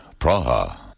Praha